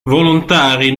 volontari